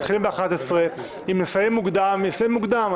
מתחילים בשעה 11. אם נסיים מוקדם אז נסיים מוקדם.